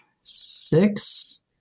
six